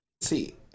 See